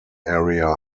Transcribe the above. area